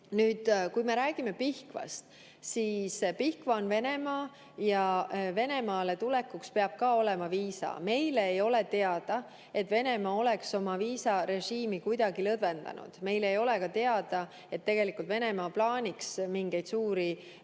Nüüd, kui me räägime Pihkvast, siis Pihkva on Venemaa ja Venemaale tulekuks peab ka olema viisa. Meile ei ole teada, et Venemaa oleks oma viisarežiimi kuidagi lõdvendanud. Meile ei ole ka teada, et Venemaa plaaniks mingeid suuri